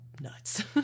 nuts